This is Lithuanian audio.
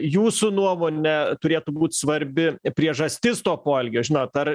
jūsų nuomone turėtų būt svarbi priežastis to poelgio žinot ar